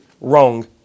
wrong